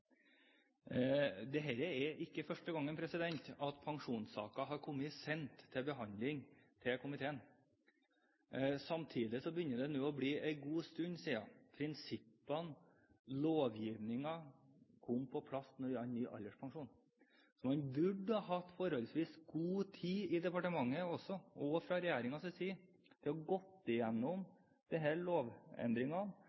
sakene. Dette er ikke første gangen pensjonssaker har kommet sent til behandling til komiteen. Samtidig begynner det nå å bli en god stund siden prinsippene, lovgivningen, kom på plass når det gjaldt ny alderspensjon. Man burde hatt forholdsvis god tid i departementet, og også fra regjeringens side, til å